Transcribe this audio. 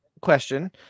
question